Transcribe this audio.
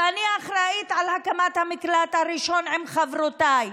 ואני אחראית להקמת המקלט הראשון עם חברותיי.